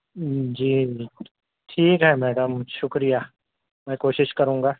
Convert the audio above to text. جی ٹھیک ہے میڈم شکریہ میں کوشش کروں گا